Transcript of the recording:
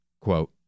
quote